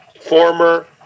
former